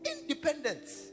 independence